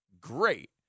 great